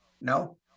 no